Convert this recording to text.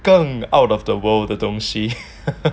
更 out of the world 的东西